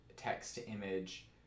text-to-image